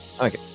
Okay